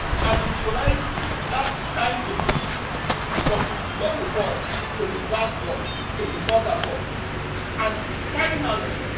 and visualizes that time-to-solution from the storyboard to the blackboard to the motherboard and, finally,